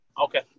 Okay